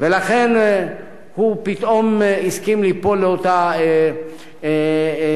ולכן הוא פתאום הסכים ליפול לאותה הצעה,